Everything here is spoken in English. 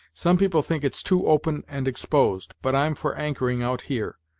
some people think it's too open and exposed, but i'm for anchoring out here,